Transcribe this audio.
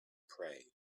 pray